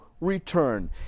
return